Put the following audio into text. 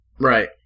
Right